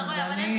ואני,